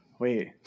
Wait